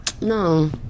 No